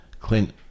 Clint